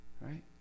Right